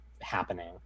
happening